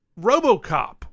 Robocop